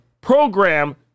program